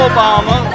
Obama